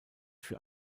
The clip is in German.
für